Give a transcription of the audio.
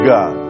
God